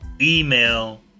email